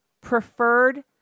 preferred